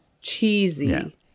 cheesy